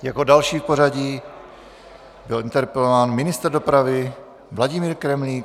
Jako další v pořadí byl interpelován ministr dopravy Vladimír Kremlík.